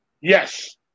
Yes